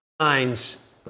signs